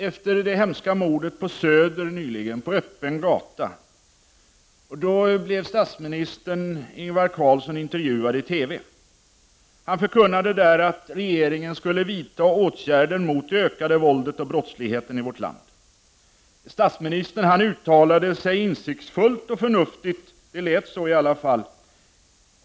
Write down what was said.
Efter det hemska mordet på öppen gata på Söder nyligen blev statsminister Ingvar Carlsson intervjuad i TV. Han förkunnade då att regeringen skulle vidta åtgärder mot det ökade våldet och den ökade brottsligheten i vårt land. Statsministern uttalade sig insiktsfullt och förnuftigt. Det lät så i alla fall.